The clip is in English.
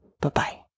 Bye-bye